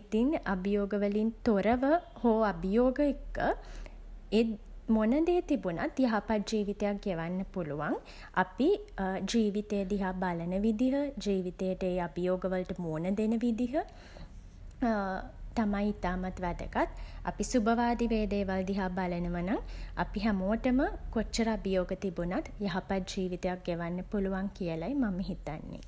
ඉතින් අභියෝග වලින් තොරව හෝ අභියෝග එක්ක ඒ මොන දේ තිබුණත් යහපත් ජීවිතයක් ගෙවන්න පුළුවන් අපි ජීවිතේ දිහා බලන විදිහ ජීවිතේට ඒ අභියෝග වලට මූණ දෙන විදිහ තමයි ඉතාමත් වැදගත්. අපි සුබවාදීව ඒ දේවල් දිහා බලනව නම් අපි හැමෝටම කොච්චර අභියෝග තිබුණත් යහපත් ජීවිතයක් ගෙවන්න පුළුවන් කියලයි මම හිතන්නේ.